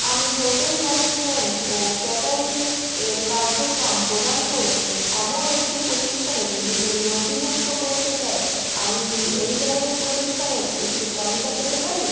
আমি hotel management ও catering এর কার্যক্রম প্রদান করে এমন একটি প্রতিষ্ঠানে নিজেকে নথিভুক্ত করতে চাই আমি কি এই ধরনের প্রতিষ্ঠানের একটি তালিকা পেতে পারি